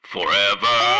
Forever